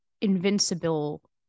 invincible